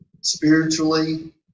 spiritually